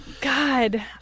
God